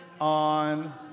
on